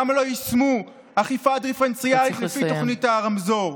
למה לא יישמו אכיפה דיפרנציאלית לפי תוכנית הרמזור?